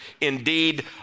Indeed